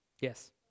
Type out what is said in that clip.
Yes